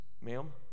ma'am